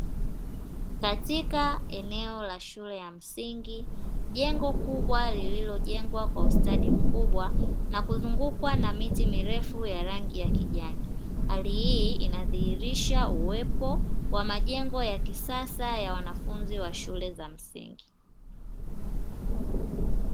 Katika eneo la shule ya msingi, jengo kubwa lililojengwa kwa ustadi mkubwa na kuzungukwa na miti mirefu ya rangi ya kijani. Hali hii inadhihirisha uwepo wa majengo ya kisasa ya wanafunzi wa shule za msingi.